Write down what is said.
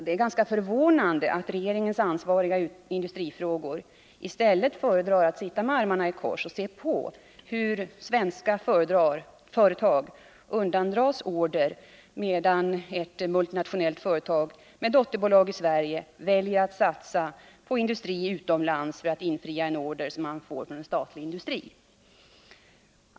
Det är förvånande att industriministern i stället föredrar att sitta med armarna i kors och se på hur svenska företag undandras order, medan ett multinationellt företag med dotterbolag i Sverige väljer att satsa på industri utomlands för att infria en order som man får från en statlig industri.